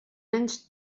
anys